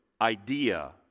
idea